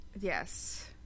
Yes